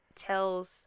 tells